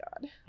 God